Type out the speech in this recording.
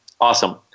Awesome